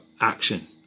action